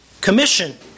Commission